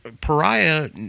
pariah